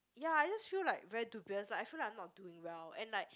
ya I just feel like very dubious like I feel like I'm not doing well and like